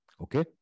Okay